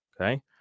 Okay